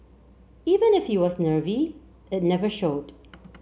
even if he was nervy it never showed